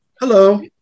hello